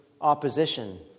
opposition